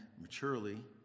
maturely